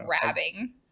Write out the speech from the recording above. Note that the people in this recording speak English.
grabbing